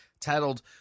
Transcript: titled